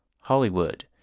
Hollywood